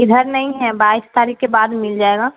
ادھر نہیں ہے بائیس تاریخ کے بعد مل جائے گا